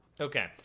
okay